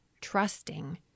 trusting